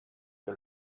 que